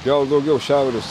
gal daugiau šiaurės